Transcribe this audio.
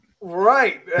Right